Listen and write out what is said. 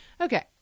Okay